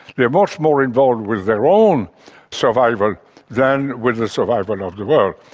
they're much more involved with their own survival than with the survival of the world.